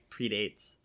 predates